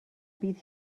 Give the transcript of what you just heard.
bydd